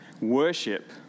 worship